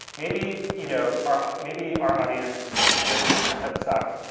maybe you know our maybe our audience just kind of sucks.